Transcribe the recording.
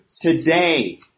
today